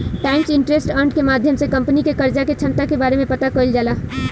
times interest earned के माध्यम से कंपनी के कर्जा के क्षमता के बारे में पता कईल जाला